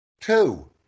two